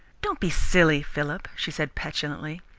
don't be silly, philip, she said petulantly.